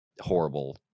Horrible